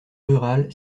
rural